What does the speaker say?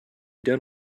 done